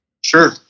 Sure